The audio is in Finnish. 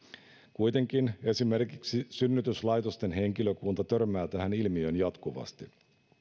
kuitenkin esimerkiksi synnytyslaitosten henkilökunta törmää tähän ilmiöön jatkuvasti